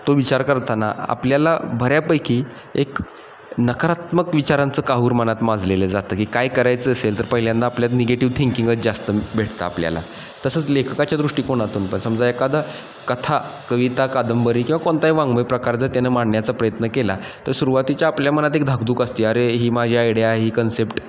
तो विचार करताना आपल्याला बऱ्यापैकी एक नकारात्मक विचारांचं काहूर मनात माजलेलं जातं की काय करायचं असेल तर पहिल्यांदा आपल्यात निगेटिव्ह थिंकिंगच जास्त भेटतं आपल्याला तसंच लेखकाच्या दृष्टिकोनातून पण समजा एखादा कथा कविता कादंबरी किंवा कोणताही वाङ्मय प्रकार जर त्यांना मांडण्याचा प्रयत्न केला तर सुरुवातीच्या आपल्या मनात एक धाकधूक असते अरे ही माझी आयडिया ही कन्सेप्ट